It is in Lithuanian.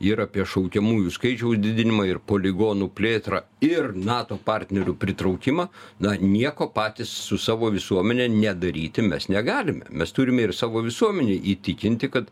ir apie šaukiamųjų skaičiaus didinimą ir poligonų plėtrą ir nato partnerių pritraukimą na nieko patys su savo visuomene nedaryti mes negalime mes turime ir savo visuomenę įtikinti kad